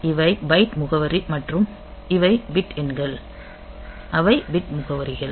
இவை பைட் முகவரி மற்றும் இவை பிட் எண்கள் அவை பிட் முகவரிகள்